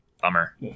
bummer